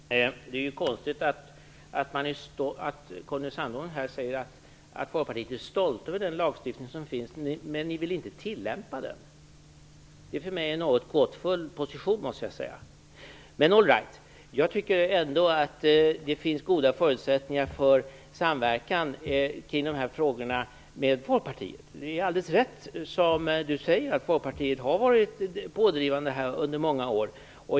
Fru talman! Det är konstigt att Conny Sandholm säger att Folkpartiet är stolt över den lagstiftning som finns, när man inte vill tillämpa den. Det är för mig en något gåtfull position. Men all right! Jag tycker ändå att det finns goda förutsättningar för en samverkan med Folkpartiet kring de här frågorna. Det är alldeles riktigt, som Conny Sandholm säger, att Folkpartiet har varit pådrivande under många år.